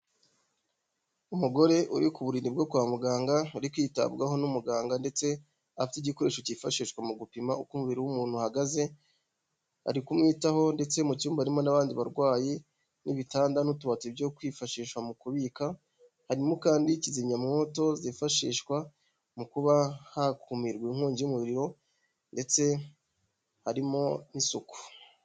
Umugore uri ku buriri bwo kwa muganga, uri kwitabwaho n'umuganga ndetse afite igikoresho cyifashishwa mu gupima uko umubiri w'umuntu uhagaze, ari kumwitaho ndetse mu cyumba harimo n'abandi barwayi n'ibitanda n'utubati byo kwifashisha mu kubika, harimo kandi kizimyamwoto zifashishwa mu kuba hakumirwa inkongi y'umuriro ndetse harimo n'isuku.